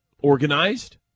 organized